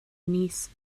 niece